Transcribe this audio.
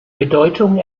bedeutung